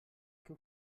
què